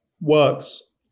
works